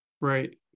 Right